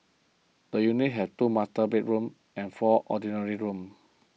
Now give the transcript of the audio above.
the unit had two master bedrooms and four ordinary rooms